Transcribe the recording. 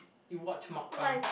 you watch MukBang